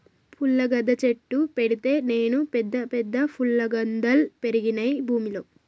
పుల్లగంద చెట్టు పెడితే నేను పెద్ద పెద్ద ఫుల్లగందల్ పెరిగినాయి భూమిలో